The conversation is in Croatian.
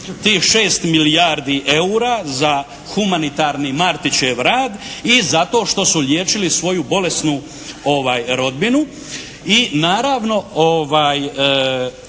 tih 6 milijardi eura za humanitarni Martićev rad i zato što su liječili svoju bolesnu rodbinu